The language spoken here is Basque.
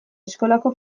eskolako